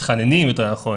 מתחננים יותר נכון